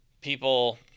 people